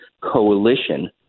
coalition